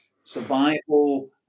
survival